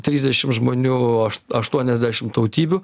trisdešim žmonių aš aštuoniasdešim tautybių